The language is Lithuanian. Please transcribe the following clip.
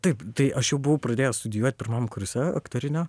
taip tai aš jau buvau pradėjęs studijuot pirmam kurse aktorinio